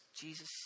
Jesus